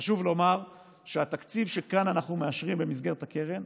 חשוב לומר שהתקציב שכאן אנחנו מאשרים במסגרת הקרן,